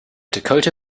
dakota